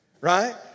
right